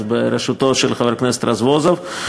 אז בראשותו של חבר הכנסת רזבוזוב,